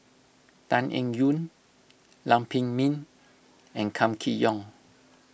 Tan Eng Yoon Lam Pin Min and Kam Kee Yong